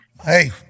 Hey